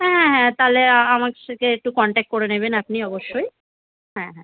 হ্যাঁ হ্যাঁ তাহলে আ আমার সাথে একটু কনট্যাক্ট করে নেবেন আপনি অবশ্যই হ্যাঁ হ্যাঁ